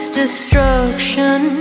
destruction